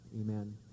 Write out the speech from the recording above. amen